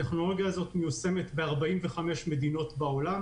הטכנולוגיה הזאת מיושמת ב-45 מדינות בעולם